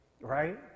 right